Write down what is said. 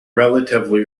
relatively